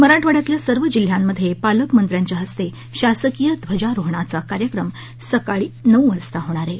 मराठवाड्यातल्या सर्व जिल्ह्यांमध्ये पालकमंत्र्याच्या हस्ते शासकीय ध्वजारोहणाचा कार्यक्रम सकाळी नऊ वाजता होणार आहे